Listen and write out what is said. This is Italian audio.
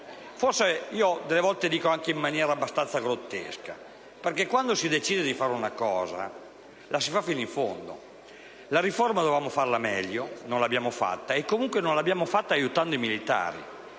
mio avviso delle volte in maniera anche abbastanza grottesca, perché quando si decide di fare una cosa la si deve fare fino in fondo. La riforma dovevamo farla meglio, non l'abbiamo fatta, e comunque non l'abbiamo fatta aiutando i militari.